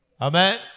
Amen